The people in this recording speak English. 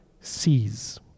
sees